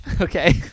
Okay